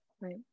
Right